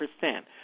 percent